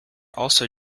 also